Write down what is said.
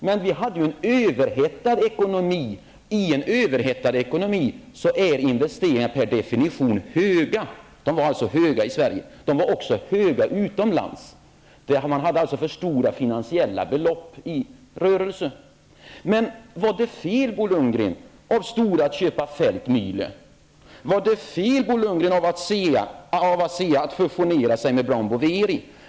Men vi hade ju en överhettad ekonomi, och i en överhettad ekonomi är investeringar per definition höga. Investeringarna var alltså höga i Sverige, och de var också höga utomlands. Man hade alltså för stora finansiella belopp i rörelse. Var det fel, Bo Lundgren, av Stora att köpa att gå i fusion med Brown Boveri?